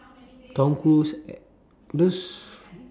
tom cruise those